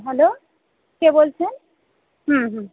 hello কে বলছেন হুম হুম